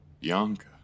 Bianca